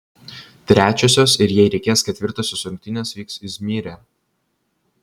trečiosios ir jei reikės ketvirtosios rungtynės vyks izmyre